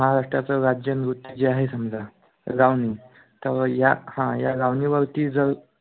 महाराष्ट्राचं राज्य नृत्य जे आहे समजा लावणी तर या हा या लावणीवरती जर